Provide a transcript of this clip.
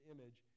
Image